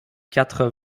quatre